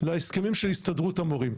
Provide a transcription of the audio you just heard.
להסכמים של הסתדרות המורים,